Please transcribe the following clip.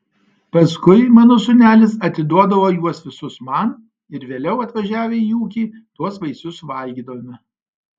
paskui mano sūnelis atiduodavo juos visus man ir vėliau atvažiavę į ūkį tuos vaisius valgydavome